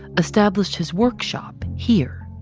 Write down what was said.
established his workshop here.